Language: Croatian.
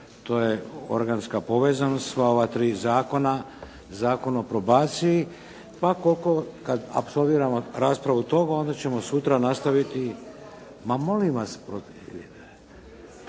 To je organska povezanost sva ova tri zakona, Zakon o probaciji, pa koliko, kad apsolviramo raspravu tog onda ćemo sutra nastaviti. …/Upadica sa strane,